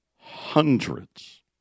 hundreds